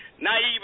naive